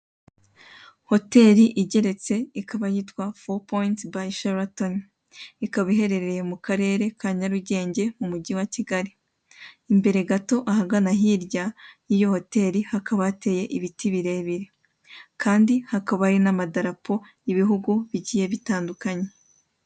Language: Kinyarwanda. Hoteli igeretse ikaba yitwa fo powentsi bayi sheratoni. Ikaba iherereye mu karere ka Nyarugenge mu mujyi wa Kigali, Imbere gato ahagana hirya y'iyo hoteli, hakaba hateye ibiti birebire. Kandi hakaba hari n'amadarapo y'ibihugu bigiye bitandukanye.